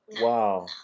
Wow